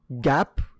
gap